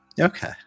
Okay